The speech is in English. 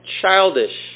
childish